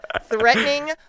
threatening